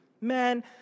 Man